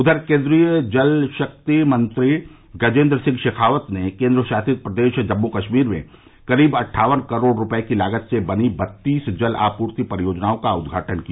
उधर केंद्रीय जल शक्ति मंत्री गजेंद्र सिंह शेखावत ने केंद्र शासित प्रदेश जम्मू कश्मीर में करीब अट्ठावन करोड़ रुपये की लागत से बनी बत्तीस जल आपूर्ति परियोजनाओं का उद्घाटन किया